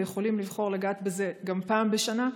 ויכולים לבחור לגעת בזה גם פעם בשנה.